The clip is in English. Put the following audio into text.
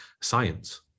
science